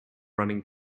running